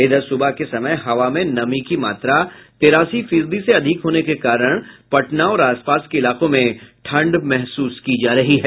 इधर सुबह के समय हवा में नमी की मात्रा तिरासी फीसदी से अधिक होने के कारण पटना और आसपास के इलाकों में ठंड महसूस की जा रही है